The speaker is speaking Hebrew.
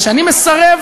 פנה.